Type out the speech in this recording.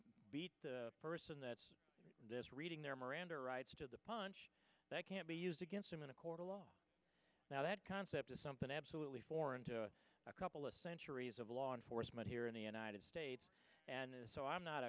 beat the person that's this reading their miranda rights to the punch that can't be used against him in a court of law that concept is something absolutely foreign to a couple of centuries of law enforcement here in the united states and so i'm